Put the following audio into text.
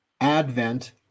Advent